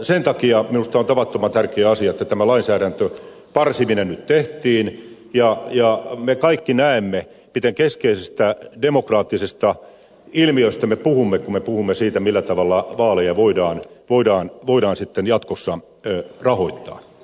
sen takia minusta on tavattoman tärkeä asia että tämä lainsäädännön parsiminen nyt tehtiin ja me kaikki näemme miten keskeisistä demokraattisista ilmiöistä me puhumme kun me puhumme siitä millä tavalla vaaleja voidaan sitten jatkossa rahoittaa